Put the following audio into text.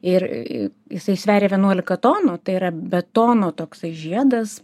ir jisai sveria vienuolika tonų tai yra betono toksai žiedas